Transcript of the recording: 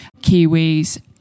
kiwis